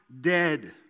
dead